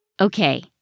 Okay